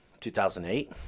2008